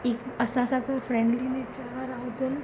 ई असां सां को फ्रेंडली नेचर वारा हुजनि